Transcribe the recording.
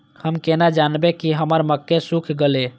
हम केना जानबे की हमर मक्के सुख गले?